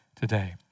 today